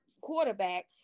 quarterback